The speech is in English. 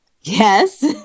Yes